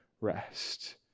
rest